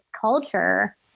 culture